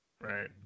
right